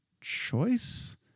choice